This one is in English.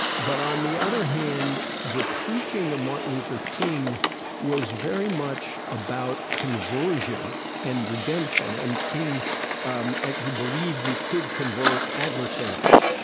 but on the other hand, the preaching of martin luther king was very much about conversion and redemption. and king um actually believed you could convert adversaries.